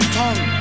tongue